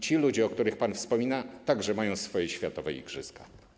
Ci ludzie, o których pan wspomina, także mają swoje światowe igrzyska.